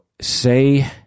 say